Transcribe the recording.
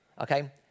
okay